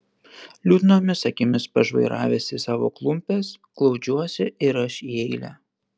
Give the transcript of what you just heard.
liūdnomis akimis pažvairavęs į savo klumpes glaudžiuosi ir aš į eilę